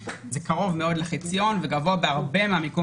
זה קרוב מאוד לחציון וגבוה בהרבה מהמיקום